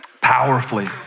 powerfully